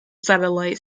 satellite